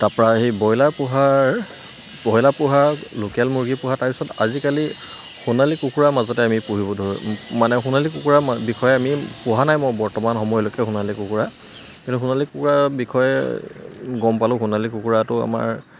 তাৰপৰা সেই ব্ৰইলাৰ পোহাৰ ব্ৰইলাৰ পোহা লোকেল মুৰ্গী পোহা তাৰপিছত আজিকালি সোণালী কুকুৰা মাজতে আমি পুহিব ধৰোঁ মানে সোণালী কুকুৰা বিষয়ে আমি পোহা নাই মই বৰ্তমান সময়লৈকে সোণালী কুকুৰা কিন্তু সোণালী কুকুৰাৰ বিষয়ে গম পালোঁ সোণালী কুকুৰাটো আমাৰ